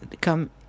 come